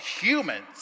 humans